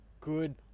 good